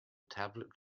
tablet